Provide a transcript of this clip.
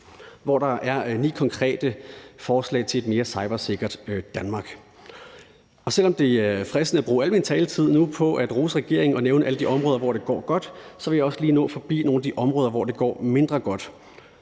hvor der er ni konkrete forslag til et mere cybersikkert Danmark, og selv om det nu er fristende at bruge al min taletid på at rose regeringen og nævne alle de områder, hvor det går godt, så vil jeg også lige nå forbi nogle af de områder, hvor det går mindre godt.